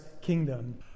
kingdom